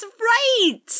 right